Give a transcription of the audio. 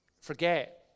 forget